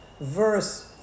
verse